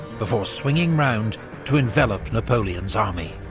before swinging round to envelop napoleon's army.